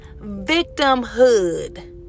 victimhood